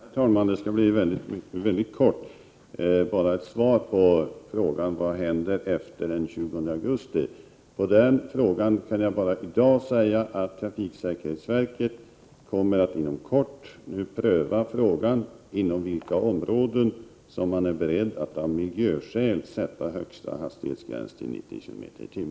Herr talman! Jag skall fatta mig kort och enbart svara på frågan vad som händer efter den 20 augusti. Jag kan i dag bara säga att trafiksäkerhetsverket kommer att inom kort pröva frågan om inom vilka områden som man är beredd att av miljöskäl fastställa högsta hastighetsgräns till 90 km/tim.